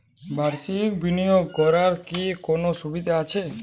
বাষির্ক বিনিয়োগ করার কি কোনো সুবিধা আছে?